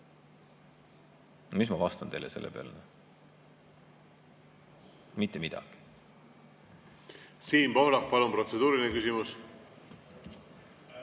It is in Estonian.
Mis ma vastan teile selle peale? Mitte midagi. Siim Pohlak, palun, protseduuriline küsimus!